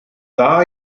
dda